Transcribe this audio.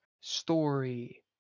story